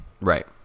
Right